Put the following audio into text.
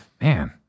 Man